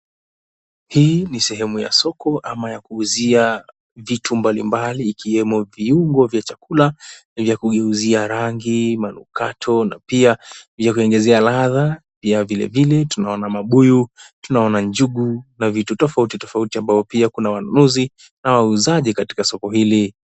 Hii ni sehemu ya soko au ya kuuzia vitu mbalimbali Ikiwemo viungo vya chakula ya kugeuzia rangi, manukato na pia vya kuongezea ladha. Vile vile tunaona mabuyu, tunaona njugu na vitu tofauti tofauti, ambao pia kuna wanunuzi na wauzaji katika soko hili.